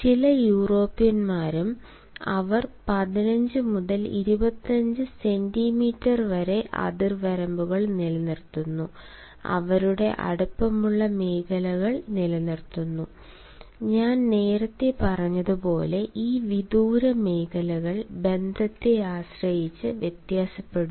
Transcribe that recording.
പല യൂറോപ്യന്മാരും അവർ 15 മുതൽ 25 സെന്റീമീറ്റർ വരെ അതിർവരമ്പുകൾ നിലനിർത്തുന്നു അവരുടെ അടുപ്പമുള്ള മേഖലകൾ നിലനിർത്തുന്നു ഞാൻ നേരത്തെ പറഞ്ഞതുപോലെ ഈ വിദൂര മേഖലകൾ ബന്ധത്തെ ആശ്രയിച്ച് വ്യത്യാസപ്പെടുന്നു